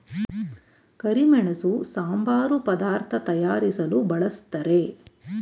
ಕರಿಮೆಣಸು ಸಾಂಬಾರು ಪದಾರ್ಥ ತಯಾರಿಸಲು ಬಳ್ಸತ್ತರೆ